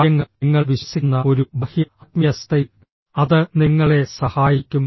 കാര്യങ്ങൾ നിങ്ങൾ വിശ്വസിക്കുന്ന ഒരു ബാഹ്യ ആത്മീയ സത്തയിൽ അത് നിങ്ങളെ സഹായിക്കും